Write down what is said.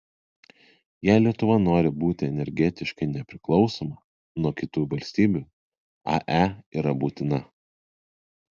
jei lietuva nori būti energetiškai nepriklausoma nuo kitų valstybių ae yra būtina